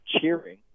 cheering